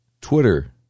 Twitter